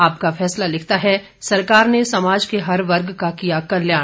आपका फैसला लिखता है सरकार ने समाज के हर वर्ग का किया कल्याण